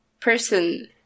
Person